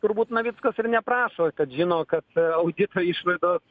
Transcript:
turbūt navickas ir neprašo kad žino kas audito išvados